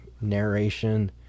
narration